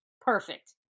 perfect